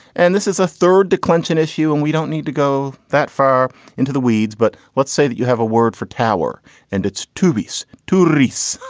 and this is a third declension issue. and we don't need to go that far into the weeds. but let's say that you have a word for tower and it's tube's to reese.